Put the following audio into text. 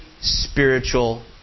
spiritual